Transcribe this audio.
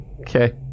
Okay